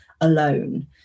alone